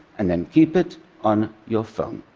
and then keep it on your phone.